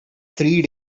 three